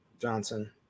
Johnson